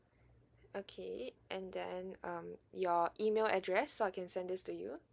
okay and then um your email address so I can send this to you